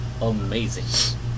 amazing